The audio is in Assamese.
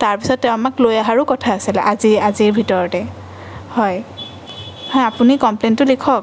তাৰ পিছত তেওঁ আমাক লৈ অহাৰো কথা আছিলে আজিৰ আজিৰ ভিতৰতে হয় হয় আপুনি কমপ্লেইনটো লিখক